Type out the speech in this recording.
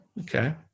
Okay